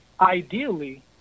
Ideally